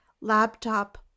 laptop